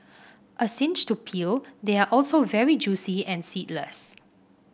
a cinch to peel they are also very juicy and seedless